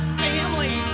family